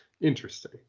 Interesting